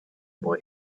boy